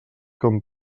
com